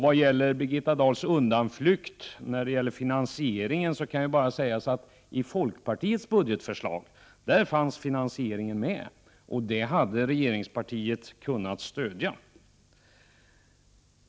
Beträffande Birgitta Dahls undanflykt i fråga om finansieringen kan bara sägas: i folkpartiets budgetförslag fanns finansieringen med. Det förslaget hade regeringspartiet kunnat stödja.